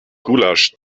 gulasch